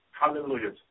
Hallelujah